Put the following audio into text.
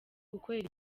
gukorera